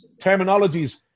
terminologies